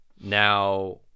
Now